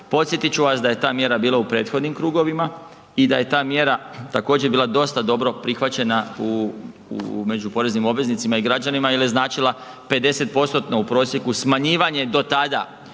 Podsjetiti ću vas da je ta mjera bila u prethodnim krugovima i da je ta mjera također, bila dosta dobro prihvaćena u, među poreznim obveznicima i građanima jer je značila 50%-tno u prosjeku smanjivanje do tada